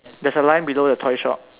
there's a line below the toy shop